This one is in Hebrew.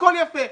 הכול יפה,